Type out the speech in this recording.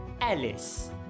Alice